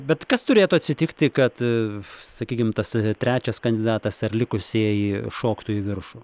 bet kas turėtų atsitikti kad sakykim tas trečias kandidatas ar likusieji šoktų į viršų